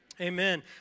Amen